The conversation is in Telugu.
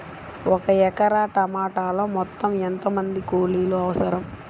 ఒక ఎకరా టమాటలో మొత్తం ఎంత మంది కూలీలు అవసరం?